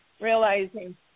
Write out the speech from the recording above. realizing –